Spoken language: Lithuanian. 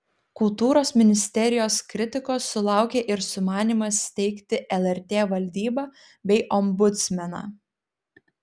kultūros ministerijos kritikos sulaukė ir sumanymas steigti lrt valdybą bei ombudsmeną